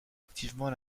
activement